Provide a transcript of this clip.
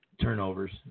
turnovers